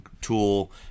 tool